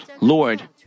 Lord